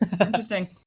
Interesting